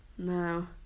No